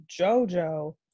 Jojo